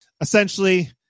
essentially